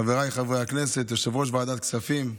חבריי חברי הכנסת, יושב-ראש ועדת כספים,